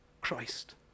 christ